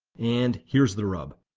and here's the rub.